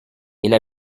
elle